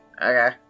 Okay